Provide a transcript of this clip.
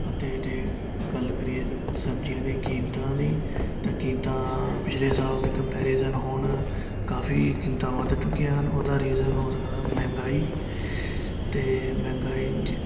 ਅਤੇ ਜੇ ਗੱਲ ਕਰੀਏ ਸਬਜ਼ੀਆਂ ਦੀ ਕੀਮਤਾਂ ਦੀ ਤਾਂ ਕੀਮਤਾਂ ਪਿਛਲੇ ਸਾਲ ਦੇ ਕੰਪੈਰੀਜ਼ਨ ਹੁਣ ਕਾਫੀ ਕੀਮਤਾਂ ਵੱਧ ਚੁੱਕੀਆਂ ਹਨ ਉਹਦਾ ਰੀਜ਼ਨ ਹੋ ਸਕਦਾ ਮਹਿੰਗਾਈ ਅਤੇ ਮਹਿੰਗਾਈ ਜ